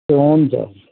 ए हुन्छ हुन्छ